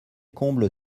comble